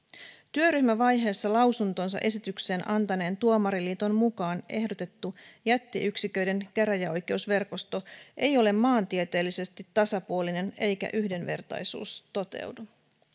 työryhmävaiheessa lausuntonsa esitykseen antaneen tuomariliiton mukaan ehdotettu jättiyksiköiden käräjäoikeusverkosto ei ole maantieteellisesti tasapuolinen eikä yhdenvertaisuus toteudu